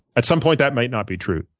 at some point that might not be true.